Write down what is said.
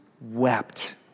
wept